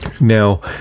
Now